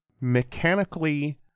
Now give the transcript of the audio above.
mechanically